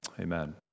amen